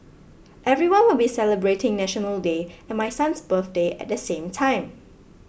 everyone will be celebrating National Day and my son's birthday at the same time